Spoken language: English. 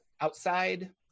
Outside